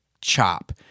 chop